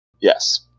Yes